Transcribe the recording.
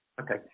Okay